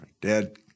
Dad